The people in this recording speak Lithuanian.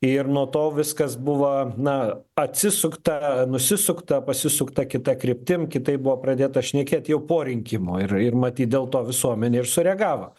ir nuo to viskas buvo na atsisukta nusisukta pasisukta kita kryptim kitaip buvo pradėta šnekėt jau po rinkimų ir ir matyt dėl to visuomenė ir sureagavo